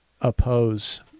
oppose